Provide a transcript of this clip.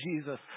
Jesus